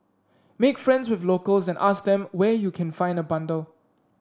make friends with locals and ask them where you can find a bundle